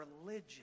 religion